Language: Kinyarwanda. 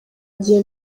igihe